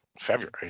February